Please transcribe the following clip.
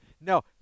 no